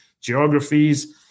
geographies